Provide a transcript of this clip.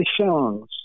songs